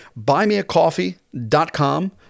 buymeacoffee.com